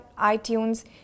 iTunes